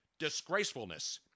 disgracefulness